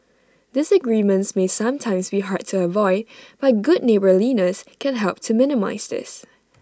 disagreements may sometimes be hard to avoid but good neighbourliness can help to minimise this